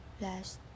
last